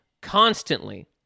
constantly